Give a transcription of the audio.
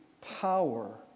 power